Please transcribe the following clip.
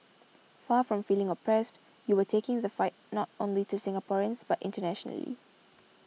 far from feeling oppressed you were taking the fight not only to Singaporeans but internationally